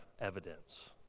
evidence